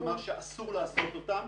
כלומר שאסור לעשותם אותם.